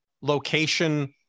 location